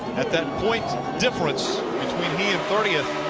at that point difference between he and thirtieth.